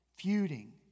feuding